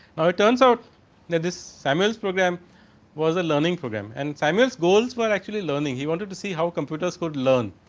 i turns out that this samuels program was a learning program. and samuels goals for actually learning, he wanted to see how computers could learn.